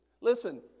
Listen